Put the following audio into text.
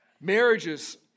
Marriages